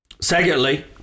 Secondly